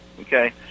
okay